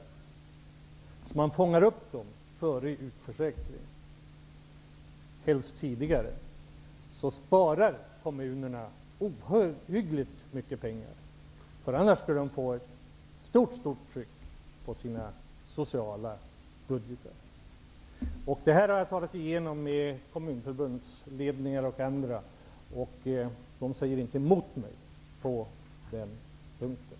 Genom att man fångar upp människor innan de utförsäkras, och helst tidigare, sparar kommunerna ohyggligt mycket pengar. Annars skulle de få ett mycket stort tryck på sina socialbudgetar. Detta har jag talat igenom med kommunförbundsledningar och andra, och de säger inte emot mig på den punkten.